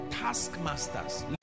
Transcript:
taskmasters